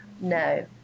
No